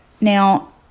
Now